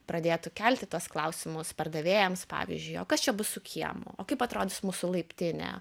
pradėtų kelti tuos klausimus pardavėjams pavyzdžiui o kas čia bus su kiemu o kaip atrodys mūsų laiptinė